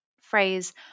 phrase